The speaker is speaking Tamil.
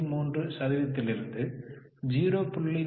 33 சதவீதத்திலிருந்து 0